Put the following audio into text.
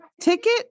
ticket